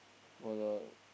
for the